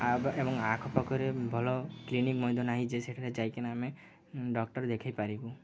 ଆ ଏବଂ ଆଖ ପାାଖରେ ଭଲ କ୍ଲିନିକ୍ ମଧ୍ୟ ନାହିଁ ଯେ ସେଠାରେ ଯାଇକିନା ଆମେ ଡ଼କ୍ଟର୍ ଦେଖେଇ ପାରିବୁ